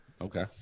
Okay